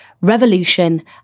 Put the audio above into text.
revolution